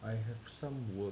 I have some work